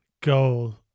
goal